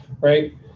right